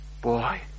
boy